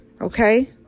Okay